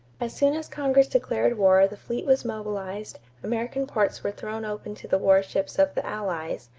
as soon as congress declared war the fleet was mobilized, american ports were thrown open to the warships of the allies,